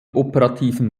operativen